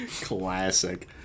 Classic